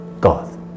God